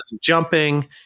jumping